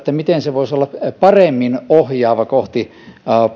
miten se voisi olla paremmin ohjaava kohti